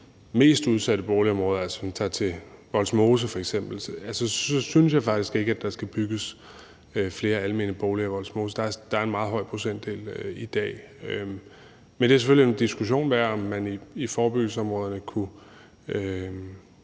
mest udsatte boligområder – hvis vi tager til Vollsmose f.eks. – så synes jeg faktisk ikke, at der skal bygges flere almene boliger der; der er en meget høj procentdel i Vollsmose i dag. Men det er selvfølgelig en diskussion værd, om man i forebyggelsesområderne kunne